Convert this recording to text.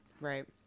Right